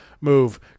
move